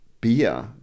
beer